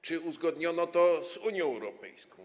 Czy uzgodniono to z Unią Europejską?